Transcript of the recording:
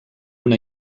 una